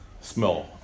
smell